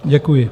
Děkuji.